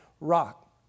rock